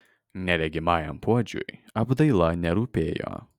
neregimajam puodžiui apdaila nerūpėjo